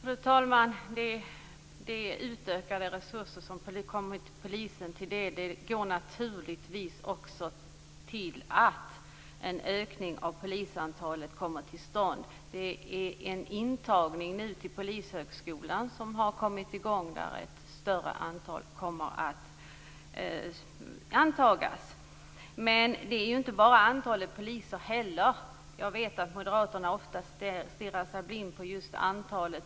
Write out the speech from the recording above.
Fru talman! Det handlar om utökade resurser som har kommit polisen till del. De bidrar naturligtvis också till att en ökning av polisantalet kommer till stånd. Det är en intagning till Polishögskolan nu, och ett större antal kommer att antas. Men det handlar inte bara om antalet poliser. Jag vet att moderaterna ofta stirrar sig blinda på just antalet.